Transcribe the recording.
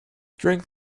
drink